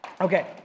Okay